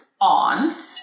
on